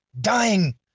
dying